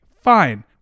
fine